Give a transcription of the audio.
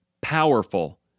powerful